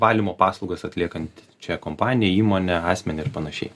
valymo paslaugas atliekančią kompaniją įmonę asmenį ir pan